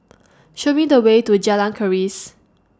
Show Me The Way to Jalan Keris